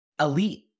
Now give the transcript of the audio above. Elite